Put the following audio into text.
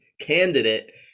candidate